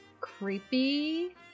creepy